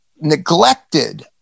neglected